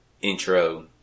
intro